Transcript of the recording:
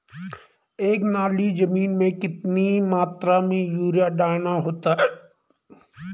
एक नाली जमीन में कितनी मात्रा में यूरिया डालना होता है?